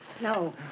No